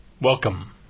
Welcome